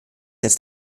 jetzt